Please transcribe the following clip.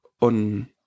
on